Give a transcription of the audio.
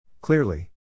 Clearly